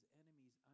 enemies